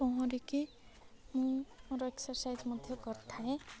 ପହଁରିକି ମୁଁ ମୋର ଏକ୍ସରସାଇଜ୍ ମଧ୍ୟ କରିଥାଏ